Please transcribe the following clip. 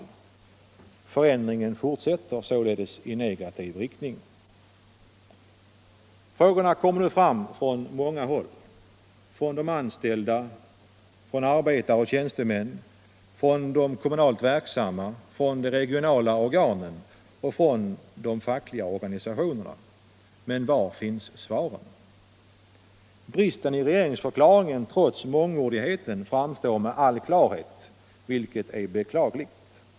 Förändringen fortsätter således i negativ riktning. Frågorna kommer nu fram från många håll — från de anställda, från arbetare och tjänstemän, från de kommunalt verksamma, från de regionala organen och från de fackliga organisationerna. Men var finns svaren? : Bristen i regeringsförklaringen — trots mångordigheten — framstår med all klarhet, vilket är beklagligt.